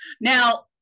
now